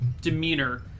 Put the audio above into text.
demeanor